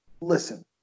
listen